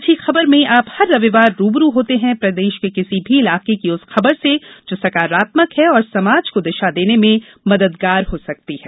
अच्छी खबर में आप हर रविवार रू ब रू होते हैं प्रदेश के किसी भी इलाके की उस खबर से जो सकारात्मक है और समाज को दिशा देने में मददगार हो सकती है